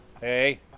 Hey